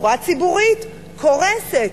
תחבורה ציבורית, קורסת.